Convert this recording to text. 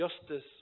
justice